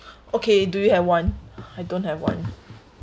okay do you have one I don't have one